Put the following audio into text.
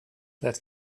that